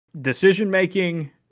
decision-making